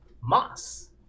Moss